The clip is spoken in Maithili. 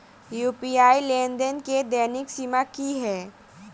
यु.पी.आई लेनदेन केँ दैनिक सीमा की है?